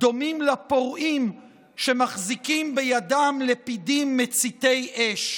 דומים לפורעים שמחזיקים בידם לפידים מציתי אש.